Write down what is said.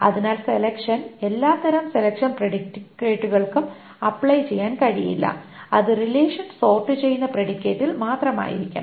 അതിനാൽ സെലെക്ഷൻ എല്ലാത്തരം സെലെക്ഷൻ പ്രെഡിക്കേറ്റുകള്ക്കും അപ്ലൈ ചെയ്യാൻ കഴിയില്ല അത് റിലേഷൻ സോർട് ചെയ്യുന്ന പ്രെഡിക്കേറ്റിൽ മാത്രമായിരിക്കണം